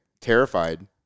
terrified